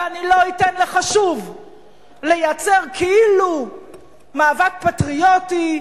ואני לא אתן לך שוב לייצר כאילו מאבק פטריוטי,